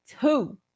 two